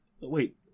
Wait